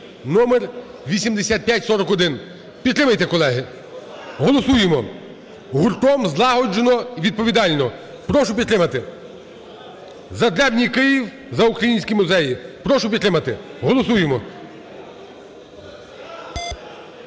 (№ 8541). Підтримайте, колеги! Голосуємо, гуртом, злагоджено, відповідально. Прошу підтримати. За Древній Київ, за українські музеї! Прошу підтримати. Голосуємо.